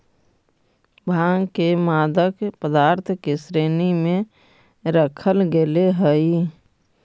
भाँग के मादक पदार्थ के श्रेणी में रखल गेले हइ